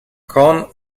con